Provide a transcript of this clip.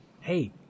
Hey